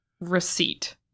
receipt